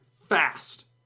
fast